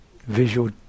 visual